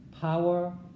power